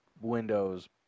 windows